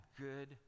good